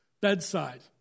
bedside